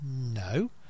No